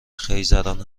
خیزران